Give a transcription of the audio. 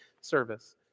service